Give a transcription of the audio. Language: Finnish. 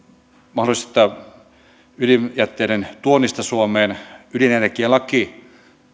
mahdollisesta ydinjätteiden tuonnista suomeen ydinenergialaki